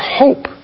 hope